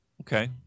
Okay